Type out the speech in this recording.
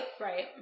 Right